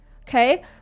Okay